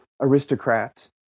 aristocrats